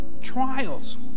trials